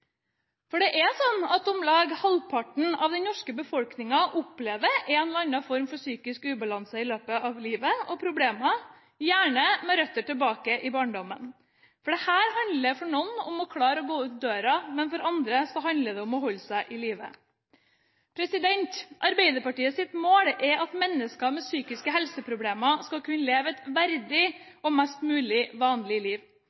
For det er sånn at om lag halvparten av den norske befolkningen opplever en eller annen form for psykisk uhelse og problemer i løpet av livet, gjerne med røtter tilbake i barndommen. For noen handler dette om å klare å gå ut døra – for andre handler det om å holde seg i live. Arbeiderpartiets mål er at mennesker med psykiske helseproblemer skal kunne leve et verdig og mest mulig vanlig liv.